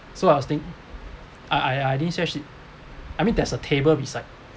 so I was think I I I didn't search it I mean there's a table beside